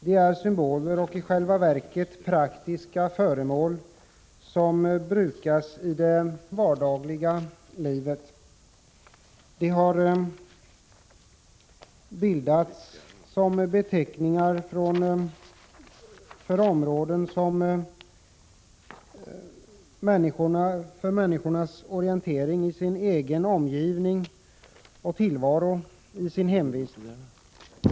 De är också symboler och i själva verket praktiska namn som brukas i det vardagliga livet. De har bildats som beteckningar för människors orientering i sin egen omgivning och tillvaro.